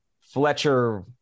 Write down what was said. fletcher